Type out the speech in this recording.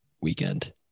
weekend